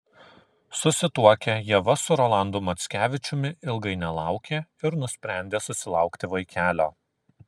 susituokę ieva su rolandu mackevičiumi ilgai nelaukė ir nusprendė susilaukti vaikelio